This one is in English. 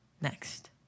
Next